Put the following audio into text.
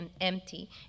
empty